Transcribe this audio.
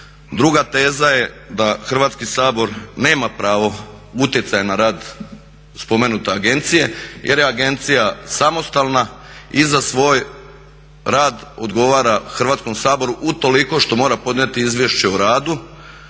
Druga teza je da Hrvatski sabor nema pravo utjecati na rad spomenute agencije jer je agencija samostalna i za svoj rad odgovara Hrvatskom saboru utoliko što mora podnijeti izvješće o radu